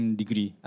degree